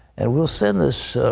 and we'll send this